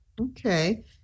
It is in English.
Okay